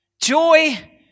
Joy